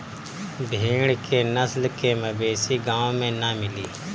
भेड़ के नस्ल के मवेशी गाँव में ना मिली